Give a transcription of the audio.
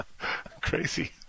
Crazy